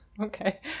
Okay